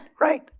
Right